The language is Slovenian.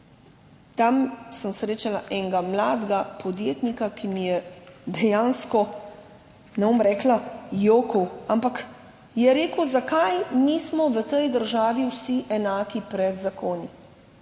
Tam sem srečala enega mladega podjetnika, ki mi je dejansko, ne bom rekla jokal, ampak je rekel, zakaj nismo v tej državi vsi enaki pred zakoni.